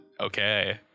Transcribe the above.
Okay